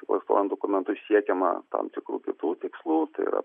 klastojant dokumentus siekiama tam tikrų kitų tikslų tai yra